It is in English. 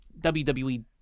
WWE